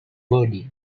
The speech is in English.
body